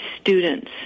students